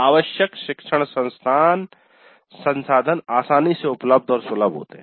आवश्यक शिक्षण संसाधन आसानी से उपलब्ध और सुलभ है